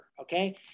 okay